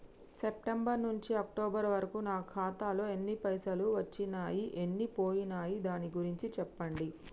September నుంచి October వరకు నా ఖాతాలో ఎన్ని పైసలు వచ్చినయ్ ఎన్ని పోయినయ్ దాని గురించి చెప్పండి?